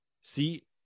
See